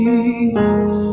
Jesus